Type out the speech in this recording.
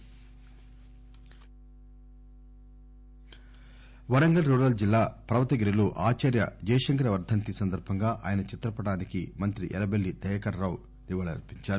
Jayashankar Warangal rural జిల్లా పర్వతగిరిలో ఆచార్య జయశంకర్ వర్గంతి సంద ర్బంగా ఆయన చిత్రపటానికి మంత్రి ఎర్రబెల్లి దయాకర్ రావు నివాళులర్పించారు